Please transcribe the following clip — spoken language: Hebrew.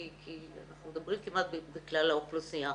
כי אנחנו מדברים כמעט על כלל האוכלוסייה.